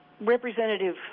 Representative